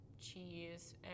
cheese